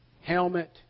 helmet